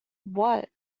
what